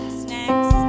snacks